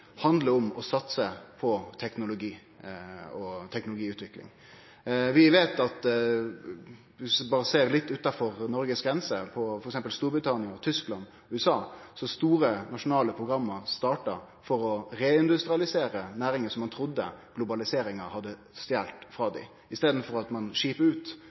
handlar om å satse på teknologi og teknologiutvikling. Vi veit at viss ein berre ser litt utanfor Noregs grenser, på f.eks. Storbritannia, Tyskland og USA, så er store, nasjonale program starta for å reindustrialisere næringar som ein trudde globaliseringa hadde stole. I staden for at ein skipar ut